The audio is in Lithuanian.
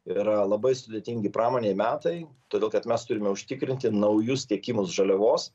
yra labai sudėtingi pramonei metai todėl kad mes turime užtikrinti naujus tiekimus žaliavos